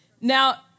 Now